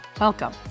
Welcome